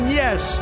yes